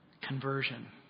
conversion